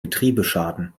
getriebeschaden